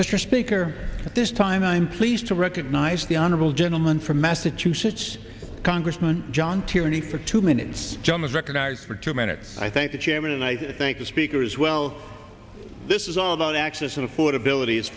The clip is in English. mr speaker this time i am pleased to recognize the honorable gentleman from massachusetts congressman john tierney for two minutes john is recognized for two minutes i thank the chairman and i thank the speaker as well this is all about access and affordabilit